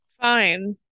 Fine